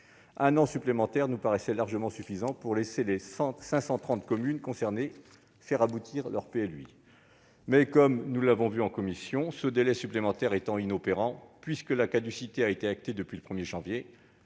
Un an supplémentaire nous paraissait largement suffisant pour laisser les 530 communes concernées faire aboutir leur PLUi. Comme nous l'avons vu en commission, ce délai supplémentaire est inopérant puisque la caducité a été actée depuis le 1 janvier.